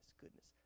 goodness